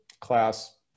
class